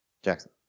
Jackson